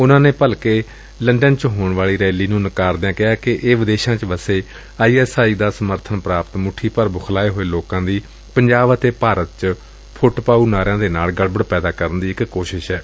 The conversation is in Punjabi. ਉਨੂਾ ਨੇ ਭਲਕੇ ਲੰਡਨ ਵਿਖੇ ਹੋਣ ਵਾਲੀ ਰੈਲੀ ਨੂੰ ਨਕਾਰਦਿਆਂ ਕਿਹੈ ਕਿ ਇਹ ਵਿਦੇਸ਼ਾਂ ਵਿੱਚ ਵਸੇ ਆਈਐਸਆਈ ਦਾ ਸਮਰਬਨ ਪ੍ਰਾਪਤ ਮੁੱਠੀਭਰ ਬੂਖਲਾਏ ਹੋਏ ਲੋਕਾਂ ਦੀ ਪੰਜਾਬ ਅਤੇ ਭਾਰਤ ਵਿੱਚ ਫੁੱਟ ਪਾਊ ਨਾਅਰਿਆਂ ਦੇ ਨਾਲ ਗੜਬੜ ਪੈਦਾ ਕਰਨ ਦੀ ਕੋਸ਼ਿਸ਼ ਏ